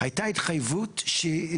זאת אומרת שיש לה